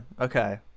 Okay